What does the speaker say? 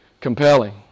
compelling